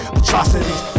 atrocities